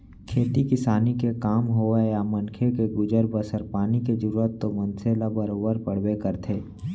खेती किसानी के काम होवय या मनखे के गुजर बसर पानी के जरूरत तो मनसे ल बरोबर पड़बे करथे